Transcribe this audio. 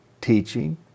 teaching